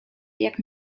jak